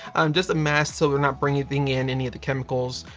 just a mask so we're not bringing in any of the chemicals,